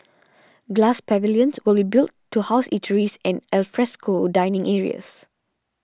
glass pavilions will be built to house eateries and alfresco dining areas